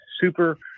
super